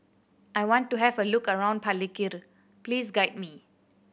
I want to have a look around Palikir please guide me